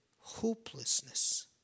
hopelessness